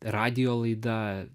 radijo laida